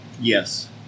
yes